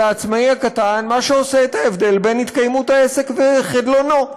העצמאי הקטן מה שעושה את ההבדל בין התקיימות העסק וחדלונו.